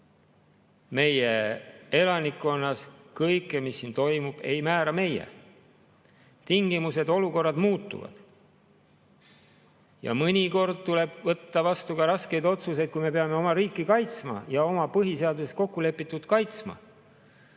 meie elanikkonnas, kõike, mis siin toimub, ei määra meie. Tingimused, olukorrad muutuvad. Mõnikord tuleb võtta vastu ka raskeid otsuseid, kui me peame oma riiki ja oma põhiseaduses kokkulepitut kaitsma.